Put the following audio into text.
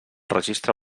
registre